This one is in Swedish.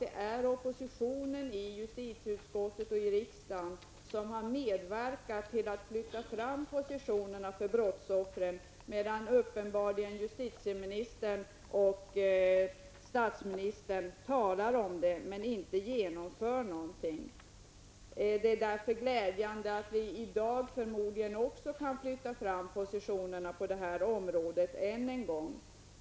Det är faktiskt oppositionen i justitieutskottet och i riksdagen som har medverkat till att flytta fram positionerna för brottsoffren, medan justitieministern och statsministern uppenbarligen talar om det men inte genomför någonting. Det är därför glädjande att vi i dag förmodligen kan flytta fram positionerna än en gång på det här området.